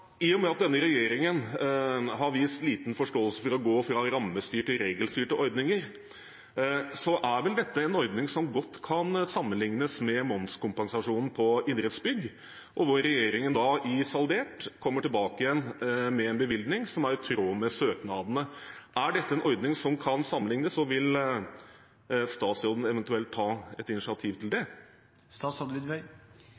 I og med at denne regjeringen har vist liten forståelse for å gå fra rammestyrte til regelstyrte ordninger, er vel dette en ordning som godt kan sammenlignes med momskompensasjonen på idrettsbygg, og hvor regjeringen i salderingen kommer tilbake med en bevilgning som er i tråd med søknadene. Er dette en ordning som kan sammenlignes, og vil statsråden eventuelt ta et initiativ til det?